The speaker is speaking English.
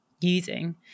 using